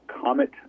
Comet